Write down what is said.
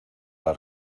las